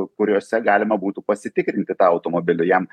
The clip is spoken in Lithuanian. kuriuose galima būtų pasitikrinti tą automobilį jam